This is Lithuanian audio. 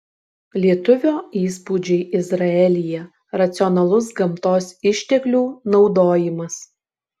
lietuvio įspūdžiai izraelyje racionalus gamtos išteklių naudojimas